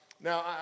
Now